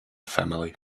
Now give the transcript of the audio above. family